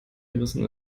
gerissen